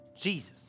Jesus